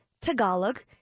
Tagalog